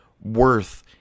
worth